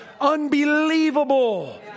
unbelievable